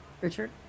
Richard